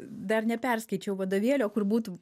dar neperskaičiau vadovėlio kur būtų